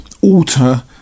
alter